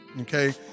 Okay